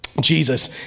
Jesus